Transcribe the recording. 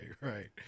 right